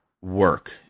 work